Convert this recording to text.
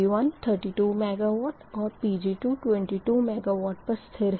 Pg1 32 MW और Pg2 22 MW पर स्थिर है